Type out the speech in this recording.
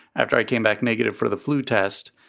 after i came back negative for the flu test,